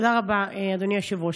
תודה רבה, אדוני היושב-ראש.